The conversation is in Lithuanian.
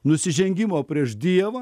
nusižengimo prieš dievą